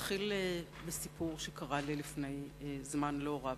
אתחיל בסיפור על מקרה שקרה לי לפני זמן לא רב.